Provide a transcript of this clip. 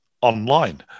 Online